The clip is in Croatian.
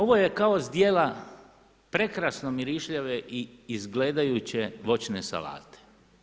Ovo je kao zdjela prekrasno mirišljave i izgledajuće voćne salate.